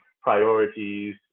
priorities